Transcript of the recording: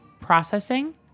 processing